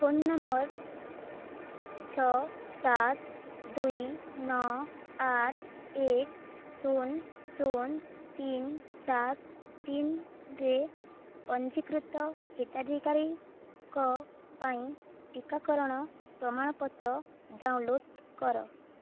phone number ଛଅ ସାତ ଦୁଇ ନଅ ଆଠ ଏକ ଶୂନ ଶୂନ ତିନି ସାତ ତିନିରେ ପଞ୍ଜୀକୃତ ହିତାଧିକାରୀଙ୍କ ପାଇଁ ଟିକାକରଣ ପ୍ରମାଣପତ୍ର ଡାଉନଲୋଡ଼୍ କର